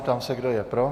Ptám se, kdo je pro.